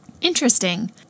Interesting